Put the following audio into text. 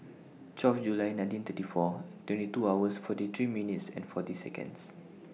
twelve July nineteen thirty four twenty two hours forty three minutes and forty Seconds